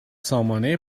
سامانه